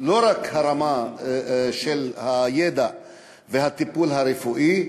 לא רק הרמה של הידע והטיפול הרפואי,